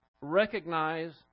recognize